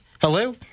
Hello